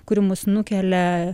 kuri mus nukelia